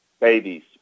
Babies